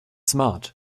smart